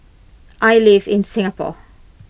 I live in Singapore